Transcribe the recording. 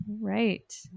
Right